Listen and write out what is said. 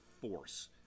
force